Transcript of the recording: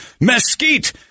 mesquite